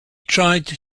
tried